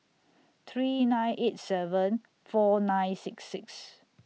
three nine eight seven four nine six six